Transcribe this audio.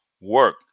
Work